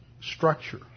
structure